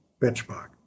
benchmark